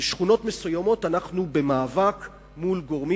בשכונות מסוימות אנחנו במאבק מול גורמים